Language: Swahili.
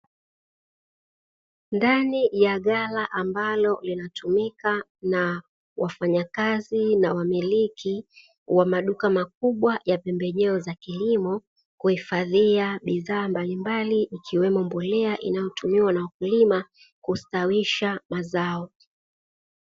Wakulima ambao ni familia moja wanaendelea kuzichuma kahawa ambazo ni zao moja kubwa la biashara mbalo baadae gari kubwa. Hupitia na kuchukua na baadae kuzileka kiwandani ili kupata bidhaa itakayo uzwa mbaka kwenye masoko ya kimataifa.